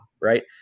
right